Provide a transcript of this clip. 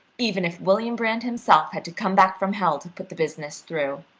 even if william brand himself had to come back from hell to put the business through.